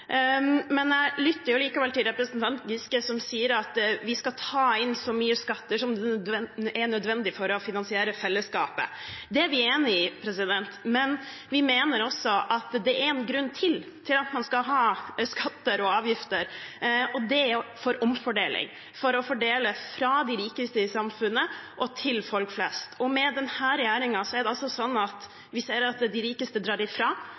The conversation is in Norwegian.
men jeg lytter likevel til representanten Giske, som sier at vi skal ta inn så mye skatter som nødvendig for å finansiere fellesskapet. Det er vi enig i, men vi mener også at det er én grunn til til at man skal ha skatter og avgifter, og det er omfordeling – for å fordele fra de rikeste i samfunnet og til folk flest. Med denne regjeringen ser vi at de rikeste drar ifra,